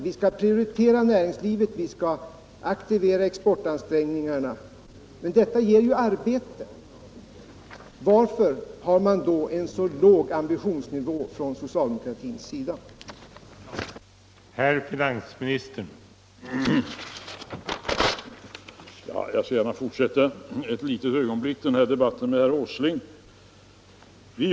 Vi skall prioritera näringslivet och aktivera exportansträngningarna, säger han. Men det ger ju arbete, ja, är en nödvändighet med hänsyn till bytesbalansen. Varför har då socialdemokratin en så låg ambitionsnivå?